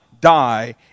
die